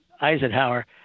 Eisenhower